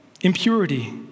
impurity